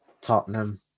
Tottenham